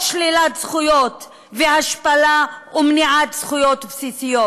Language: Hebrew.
שלילת זכויות והשפלה ומניעת זכויות בסיסיות?